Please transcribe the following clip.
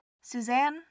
Suzanne